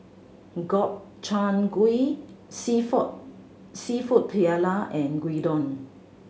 Gobchang Gui Seafood Paella and Gyudon